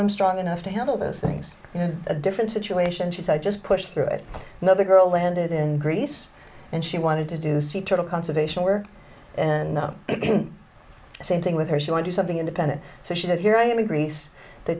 i'm strong enough to handle those things you know a different situation she said i just pushed through it another girl landed in greece and she wanted to do sea turtle conservation where and the same thing with her she wanted something independent so she said here i am a grease t